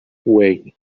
way